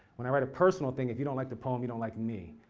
when i write a personal thing, if you don't like the poem, you don't like me.